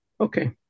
Okay